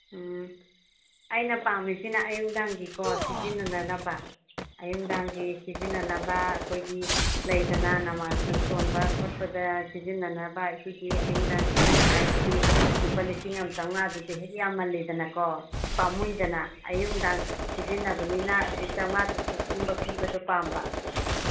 ꯎꯝ ꯑꯩꯅ ꯄꯥꯝꯝꯤꯁꯤꯅ ꯑꯌꯨꯛ ꯅꯨꯡꯗꯥꯡꯒꯤꯀꯣ ꯁꯤꯖꯤꯟꯅꯅꯕ ꯑꯌꯨꯛ ꯅꯨꯡꯗꯥꯡꯒꯤ ꯁꯤꯖꯤꯟꯅꯅꯕ ꯑꯩꯈꯣꯏꯒꯤ ꯂꯩꯗꯅ ꯅꯃꯥꯁꯁꯨ ꯁꯣꯟꯕ ꯈꯣꯠꯄꯗ ꯁꯤꯖꯤꯟꯅꯅꯕ ꯑꯩꯈꯣꯏꯒꯤ ꯑꯌꯨꯛ ꯅꯨꯡꯗꯥꯡ ꯁꯤꯖꯤꯟꯅꯉꯥꯏꯒꯤꯗꯤ ꯂꯨꯄꯥ ꯂꯤꯁꯤꯡ ꯑꯃ ꯆꯃꯉꯥꯗꯨꯗꯤ ꯍꯦꯛ ꯌꯥꯝꯃꯜꯂꯤꯗꯅꯀꯣ ꯄꯥꯝꯃꯨꯏꯗꯅ ꯑꯌꯨꯛ ꯅꯨꯡꯗꯥꯡ ꯁꯤꯖꯤꯟꯅꯕꯅꯤꯅ ꯆꯃꯉꯥ ꯆꯥꯇꯔꯨꯛꯀꯨꯝꯕ ꯄꯤꯕꯗꯣ ꯄꯥꯝꯕ